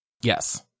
yes